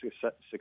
success